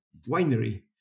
winery